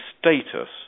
status